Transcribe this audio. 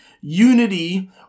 Unity